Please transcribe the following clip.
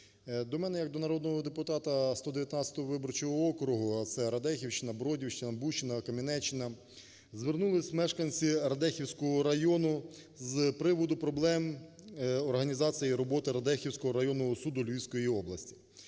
До мене як до народного депутата 119 виборчого округу, а це Радехівщина, Бродівщина, Бучина, Кам'янеччина, звернулись мешканці Радехівського району з приводу проблем організації роботи Радехівського суду Львівської області.